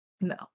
No